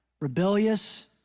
rebellious